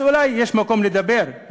אז אולי יש מקום לדבר,